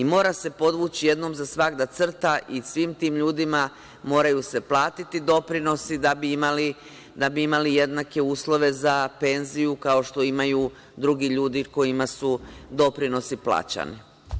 Mora se podvući jednom za svagda crta i svim tim ljudima moraju se platiti doprinosi da bi imali jednake uslove za penziju, kao što imaju drugi ljudi kojima su doprinosi plaćani.